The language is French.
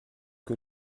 que